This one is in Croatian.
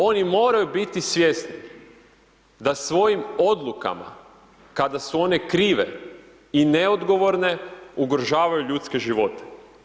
Oni moraju biti svjesni da svojim odlukama, kada su one krive i neodgovorne, ugrožavaju ljudske živote.